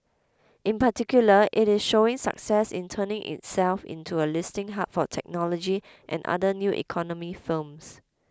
in particular it is showing success in turning itself into a listing hub for technology and other new economy firms